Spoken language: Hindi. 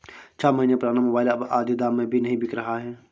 छह महीने पुराना मोबाइल अब आधे दाम में भी नही बिक रहा है